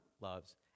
loves